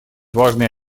важные